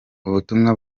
ubutumwa